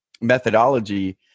methodology